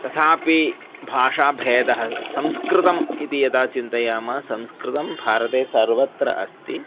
तथापि भाषाभेदः संस्कृतम् इति यदा चिन्तयामः संस्कृतं भारते सर्वत्र अस्ति